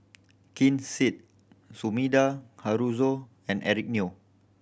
Ken Seet Sumida Haruzo and Eric Neo